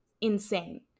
insane